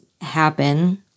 happen